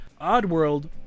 Oddworld